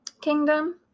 kingdom